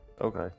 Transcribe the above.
okay